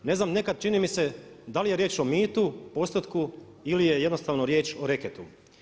Ne znam, nekad čini mi se da li je riječ o mitu, postotku ili je jednostavno riječ o reketu.